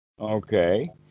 Okay